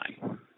time